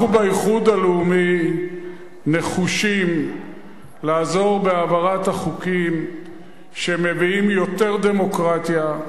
אנחנו באיחוד הלאומי נחושים לעזור בהעברת החוקים שמביאים יותר דמוקרטיה.